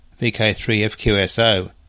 VK3FQSO